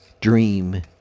dream